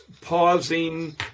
pausing